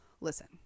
listen